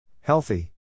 Healthy